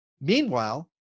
Meanwhile